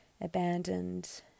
abandoned